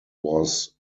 was